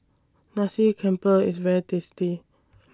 Nasi Campur IS very tasty